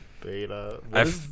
beta